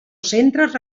centres